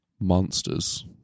monsters